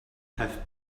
have